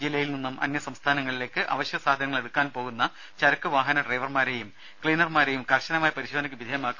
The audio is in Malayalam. ജില്ലയിൽ നിന്നും അന്യസംസ്ഥാനങ്ങളിലേക്ക് അവശ്യസാധനങ്ങളെടുക്കാൻ പോകുന്ന ചരക്ക് വാഹന ഡ്രൈവർമാരെയും ക്ലീനർമാരെയും കർശനമായ പരിശോധനയ്ക്ക് വിധേയമാക്കും